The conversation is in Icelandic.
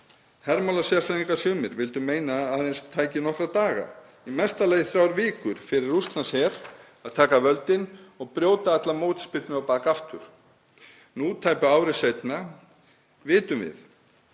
hermálasérfræðingar vildu meina aðeins tæki nokkra daga, í mesta lagi þrjár vikur fyrir Rússlandsher að taka völdin og brjóta alla mótspyrnu á bak aftur. Nú, tæpu ári seinna, vitum við